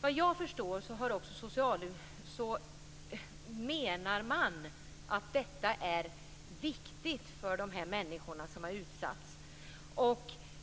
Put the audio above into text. Vad jag förstår menar man att detta är viktigt för de människor som har utsatts.